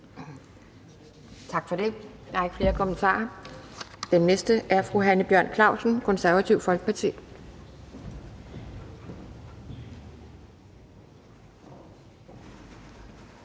Tak for det. Der er ikke flere kommentarer. Den næste er fru Hanne Bjørn-Klausen, Det Konservative Folkeparti.